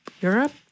Europe